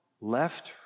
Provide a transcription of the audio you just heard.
left